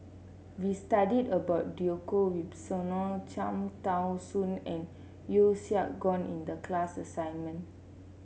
we studied about Djoko Wibisono Cham Tao Soon and Yeo Siak Goon in the class assignment